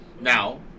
Now